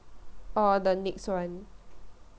oh the next one